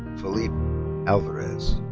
philippe alvarez.